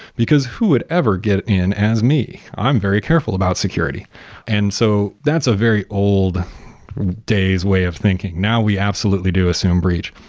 because who would ever get in as me? i'm very careful about security and so that's a very old days way of thinking. now we absolutely do assume breach.